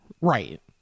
Right